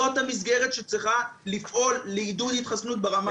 זאת המסגרת שצריכה לפעול לעידוד התחסנות ברמה האישית.